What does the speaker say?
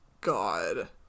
god